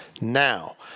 Now